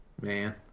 Man